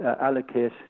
allocate